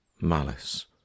malice